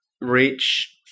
Reach